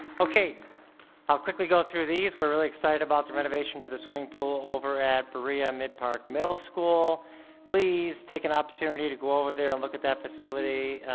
okay i'll quickly go through these we're really excited about the renovation to the swimming pool ah over at berea-midpark middle school please take an opportunity to go over there and look at that facility.